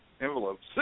envelopes